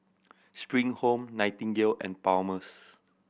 Spring Home Nightingale and Palmer's